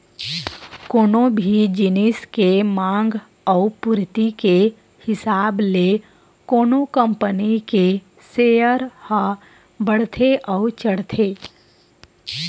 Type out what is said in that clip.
कोनो भी जिनिस के मांग अउ पूरति के हिसाब ले कोनो कंपनी के सेयर ह बड़थे अउ चढ़थे